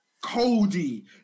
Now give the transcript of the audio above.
Cody